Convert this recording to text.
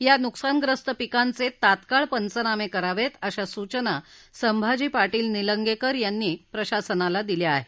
या नुकसानग्रस्त पिकांचे तात्काळ पंचनामे करावेत अशा सूचना संभाजी पाटील निलंगेकर यांनी प्रशासनाला दिल्या आहेत